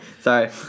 Sorry